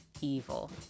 evil